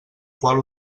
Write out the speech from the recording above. qual